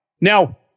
Now